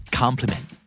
compliment